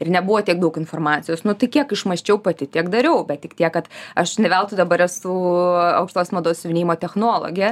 ir nebuvo tiek daug informacijos nu tai kiek išmąsčiau pati tiek dariau bet tik tiek kad aš ne veltui dabar esu aukštosios mados siuvinėjimo technologė